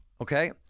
okay